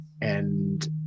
and-